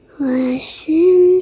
listen